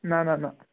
نہَ نہَ نہَ